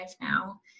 now